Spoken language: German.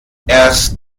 erst